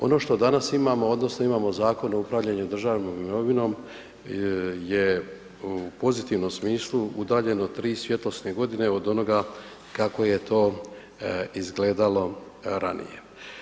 Ono što danas imamo odnosno imamo Zakon o upravljanju državnom imovinom je u pozitivnom smislu udaljeno 3 svjetlosne godine od onoga kako je to izgledalo ranije.